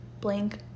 blank